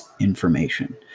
information